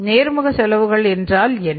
நேர்முக செலவுகள் என்றால் என்ன